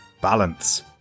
balance